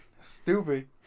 Stupid